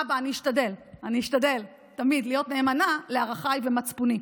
אבא, אני אשתדל תמיד להיות נאמנה לערכיי ומצפוני.